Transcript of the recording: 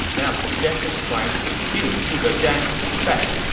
now suggested trying to induce zhuge zhan to defect.